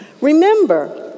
Remember